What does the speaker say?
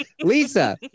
Lisa